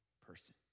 person